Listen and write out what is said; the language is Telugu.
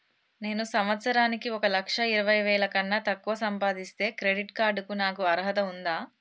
నేను సంవత్సరానికి ఒక లక్ష ఇరవై వేల కన్నా తక్కువ సంపాదిస్తే క్రెడిట్ కార్డ్ కు నాకు అర్హత ఉందా?